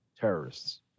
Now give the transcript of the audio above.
terrorists